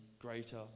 greater